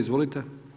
Izvolite.